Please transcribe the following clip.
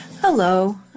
hello